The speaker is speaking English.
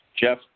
Jeff